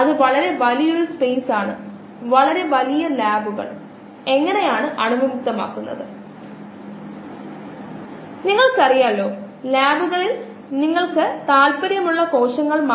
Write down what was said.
ഇനിപ്പറയുന്ന സ്റ്റൈക്കിയോമെട്രി നമുക്ക് പരിഗണിക്കാം 2A 3B → P മറ്റൊരു വിധത്തിൽ പറഞ്ഞാൽ നമുക്ക് 1 മോളിലെ P നൽകുന്നതിന് പൂർണ്ണമായും റിയാക്ട് ചെയ്യാൻ Aയുടെ 2 മോളുകൾക്ക് B യുടെ 3 മോളുകൾ ആവശ്യമാണ്